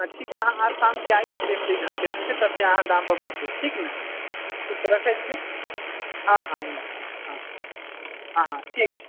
हँ ठीक अहाँ शामके आइए देखली घर कइसन छै तब फेर अहाँ दाम पर बात करब ठीक ने ठीक तऽ रखै छी हँ हँ हँ हँ हँ ठीक छै